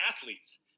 athletes